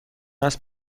است